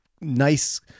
nice